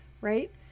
right